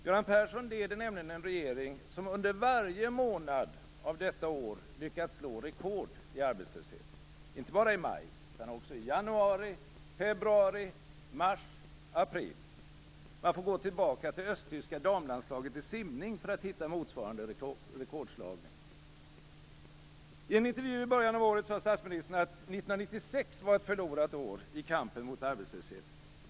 Göran Persson leder nämligen en regering som under varje månad av detta år har lyckats slå rekord i arbetslöshet, inte bara i maj utan också i januari, februari, mars och april. Man får gå tillbaka till östtyska damlandslaget i simning för att hitta motsvarande rekordslagning. I en intervju i början av året sade statsministern att 1996 var ett förlorat år i kampen mot arbetslösheten.